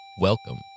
Welcome